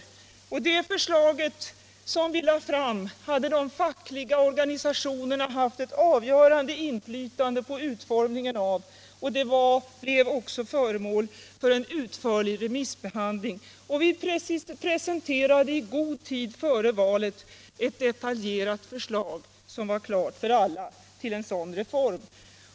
Det förslag som vi lade fram hade de fackliga organisationerna haft ett avgörande inflytande på utformningen av. Det blev också föremål för en utförlig remissbehandling. Vi presenterade i god tid före valet ett detaljerat förslag, som var klart för alla, till en sådan reform.